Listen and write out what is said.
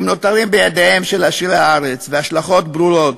הם נותרים בידיהם של עשירי הארץ, וההשלכות ברורות.